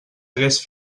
hagués